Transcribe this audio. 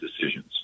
decisions